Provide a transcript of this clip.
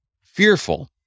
fearful